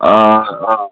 آ آ